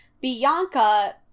Bianca